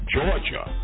Georgia